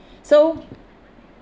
so